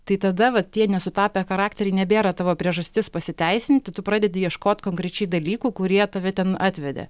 tai tada va tie nesutapę charakteriai nebėra tavo priežastis pasiteisinti tu pradedi ieškot konkrečiai dalykų kurie tave ten atvedė